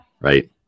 right